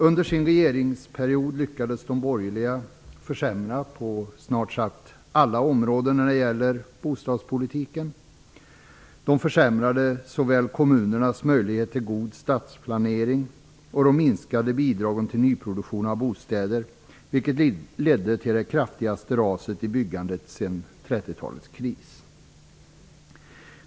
Under sin regeringsperiod lyckades de borgerliga försämra på snart sagt alla områden inom bostadspolitiken. De försämrade kommunernas möjligheter till god stadsplanering och de minskade bidragen till nyproduktion av bostäder, vilket ledde till det kraftigaste raset i byggandet sedan 30-talets kris.